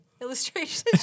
illustrations